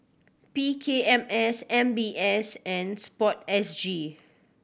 P K M S M B S and Sport S G